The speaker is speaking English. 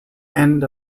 end